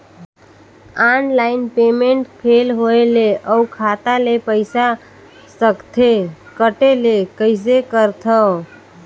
Online payment fail होय ले अउ खाता ले पईसा सकथे कटे ले कइसे करथव?